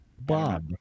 Bob